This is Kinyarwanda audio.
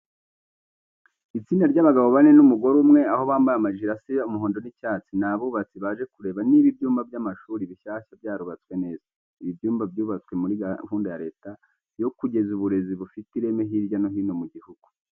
Itsinda ry'abagabo bane n'umugore umwe, aho bambaye amajire asa umuhondo n'icyatsi. Ni abubatsi baje kureba niba ibyumba by'amashuri bishyashya byarubatswe neza. Ibi byumba byubatswe muri gahunda ya Leta yo kugeza uburezi bufite ireme hirya no hino mu gihugu.